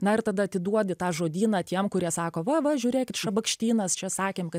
na ir tada atiduodi tą žodyną tiems kurie sako va va žiūrėkit šabakštynas čia sakėm kad